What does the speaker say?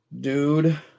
Dude